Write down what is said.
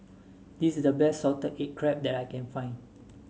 this is the best Salted Egg Crab that I can find